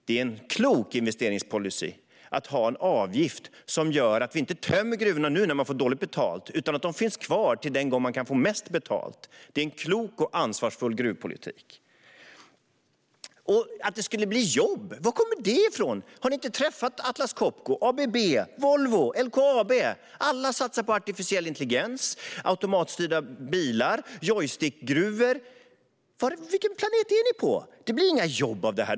Det är en klok investeringspolicy att ha en avgift som gör att vi inte tömmer gruvorna nu när man får dåligt betalt utan att de finns kvar till den gång man kan få mest betalt. Det är en klok och ansvarsfull gruvpolitik. Vad kommer det ifrån att det skulle bli jobb? Har ni inte träffat Atlas Copco, ABB, Volvo och LKAB? Alla satsar på artificiell intelligens, automatstyrda bilar och joysticksgruvor. Vilken planet är ni på? Det blir inga jobb av detta!